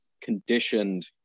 conditioned